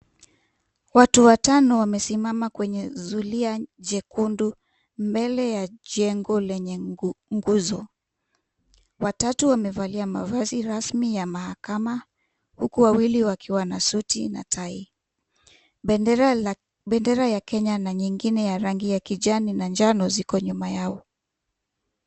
Watu watano wamesimama kwenye zulia jekundu mbele ya jengo lenye nguzo watatu. Wamevalia mavazi rasmi ya mahakama, huku wawili wakiwa na suti na tai. Bendera ya Kenya na nyingine ya rangi ya kijani na njano ziko nyuma yao.